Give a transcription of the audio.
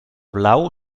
blau